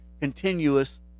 continuous